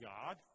God